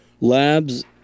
Labs